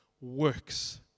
works